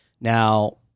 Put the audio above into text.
Now